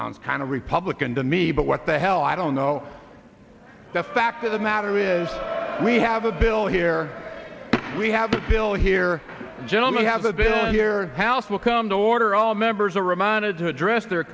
sounds kind of republican to me but what the hell i don't know the fact of the matter is we have a bill here we have a bill here gentlemen has been here house will come to order all members are reminded to address their